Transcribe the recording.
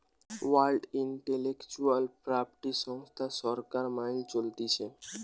world intellectual property সংস্থা সরকার মাইল চলতিছে